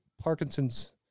Parkinson's